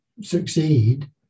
succeed